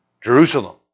Jerusalem